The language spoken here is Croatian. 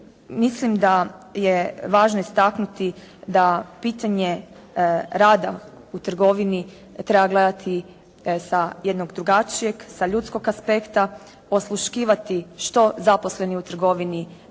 Mislim da je važno istaknuti da pitanje rada u trgovini treba gledati sa jednog drugačijeg, sa ljudskog aspekta, osluškivati što zaposleni u trgovini doista